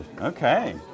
Okay